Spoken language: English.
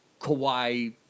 Kawhi